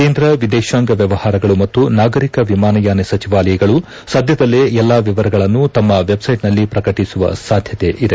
ಕೇಂದ್ರವಿದೇಶಾಂಗ ವ್ಯವಹಾರಗಳು ಮತ್ತು ನಾಗರಿಕ ವಿಮಾನಯಾನ ಸಚಿವಾಲಯಗಳು ಸದ್ದದಲ್ಲೇ ಎಲ್ಲಾ ವಿವರಗಳನ್ನು ತಮ್ಮ ವೆಬ್ಸೈಟ್ನಲ್ಲಿ ಪ್ರಕಟಿಸುವ ಸಾಧ್ಯತೆ ಇದೆ